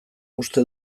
uste